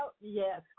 Yes